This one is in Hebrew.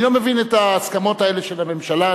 אני לא מבין את ההסכמות האלה של הממשלה,